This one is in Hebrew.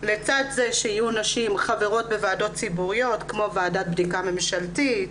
לצד זה שיהיו נשים חברות בוועדות ציבוריות כמו ועדת בדיקה ממשלתית,